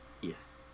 Yes